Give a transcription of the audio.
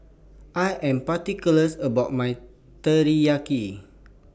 I Am particular about My Teriyaki